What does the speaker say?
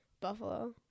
Buffalo